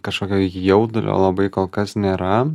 kažkokio jaudulio labai kol kas nėra